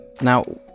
Now